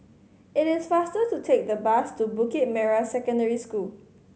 it is faster to take the bus to Bukit Merah Secondary School